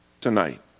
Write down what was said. tonight